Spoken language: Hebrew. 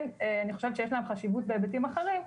אני חושבת שיש להם חשיבות בהיבטים אחרים,